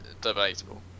debatable